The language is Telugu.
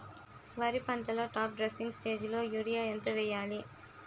వరి పంటలో టాప్ డ్రెస్సింగ్ స్టేజిలో యూరియా ఎంత వెయ్యాలి?